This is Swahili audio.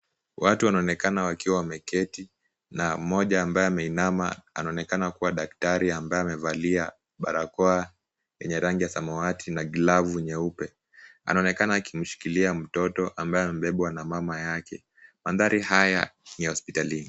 Watu wanaonekana wakiwa wameketi na mmoja ambaye ameinama anaonekana kuwa daktari, ambaye amevalia barakoa yenye rangi ya samawati na glavu nyeupe. Anaonekana akimshikilia mtoto ambaye amebebwa na mama yake. Mandhari haya ni ya hospitalini.